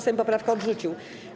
Sejm poprawkę odrzucił.